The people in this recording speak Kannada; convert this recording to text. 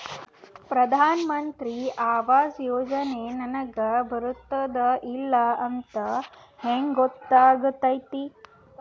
ಪ್ರಧಾನ ಮಂತ್ರಿ ಆವಾಸ್ ಯೋಜನೆ ನನಗ ಬರುತ್ತದ ಇಲ್ಲ ಅಂತ ಹೆಂಗ್ ಗೊತ್ತಾಗತೈತಿ?